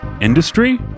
Industry